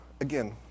again